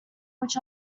which